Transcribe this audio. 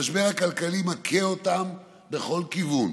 המשבר הכלכלי מכה אותם מכל כיוון.